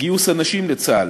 גיוס הנשים לצה"ל.